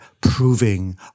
proving